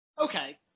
Okay